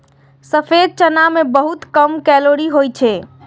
सफेद चना मे बहुत कम कैलोरी होइ छै